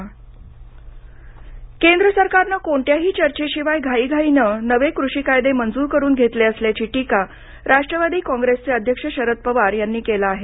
शरद पवार केंद्र सरकारनं कोणत्याही चर्चेशिवाय घाईघाईनं नवे कृषी कायदे मंजूर करून घेतले असल्याची टीका राष्ट्रवादी काँग्रेसचे अध्यक्ष शरद पवार यांनी केला आहे